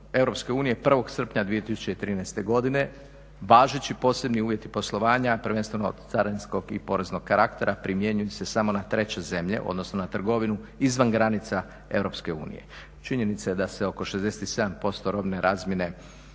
1.7.2013. godine važeći posebni uvjeti poslovanja prvenstveno carinskog i poreznog karaktera primjenjuju se samo na treće zemlje, odnosno na trgovinu izvan granica EU. Činjenica je da se oko 67% robne razmjene